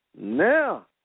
Now